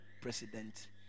President